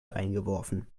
eingeworfen